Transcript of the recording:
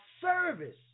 service